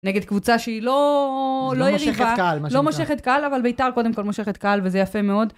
נגד קבוצה שהיא לא מושכת קהל, אבל בית"ר קודם כל מושכת קהל וזה יפה מאוד.